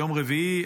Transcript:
ביום רביעי,